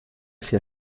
vier